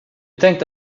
tänkte